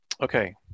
Okay